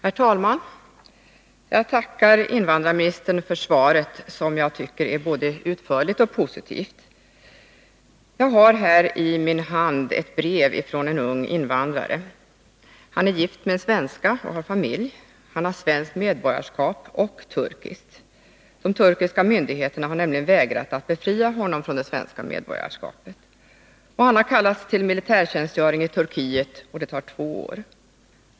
Herr talman! Jag tackar invandrarministern för svaret, som jag tycker är både utförligt och positivt. Jag har i min hand ett brev från en ung invandrare. Han är gift med en svenska och har familj. Han har svenskt och turkiskt medborgarskap. De turkiska myndigheterna har nämligen vägrat att befria honom från det turkiska medborgarskapet. Han har kallats till militärtjänstgöring i Turkiet som tar två år.